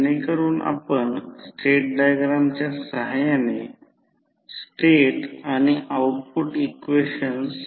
म्हणून जर मी हे असे बनवले तर ते E1 आहे परंतु त्या वेळी वेगळ्या प्रकारे हे जाणून घेणे आवश्यक आहे की या वाइंडिंगला रेजिस्टन्स देखील आहे आणि रिअॅक्टन्स आहे